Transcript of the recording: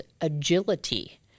agility